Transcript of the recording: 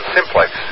Simplex